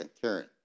Karen